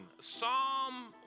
Psalm